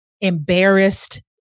embarrassed